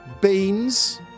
beans